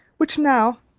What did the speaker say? which now,